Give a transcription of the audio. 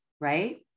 right